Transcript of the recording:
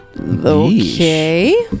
Okay